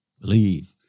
Believe